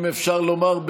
אם אפשר לומר,